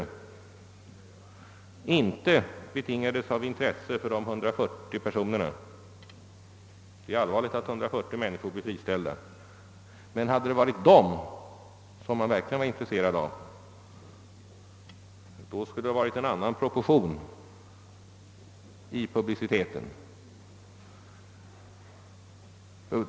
Denna publicitet betingades inte av intresse för de 140. Det är allvarligt att 140 människor blir friställda, men om man hade varit intresserad av just dem, så skulle proportionen i fråga om publicitet varit annorlunda.